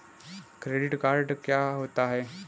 Credit card क्या होता है?